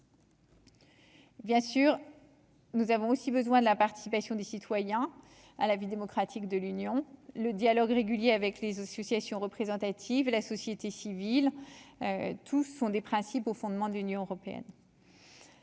Bien sûr, nous avons aussi besoin de la participation des citoyens à la vie démocratique de l'Union, le dialogue régulier avec les oscillations représentatives de la société civile, tous sont des principes, fondements de l'Union européenne.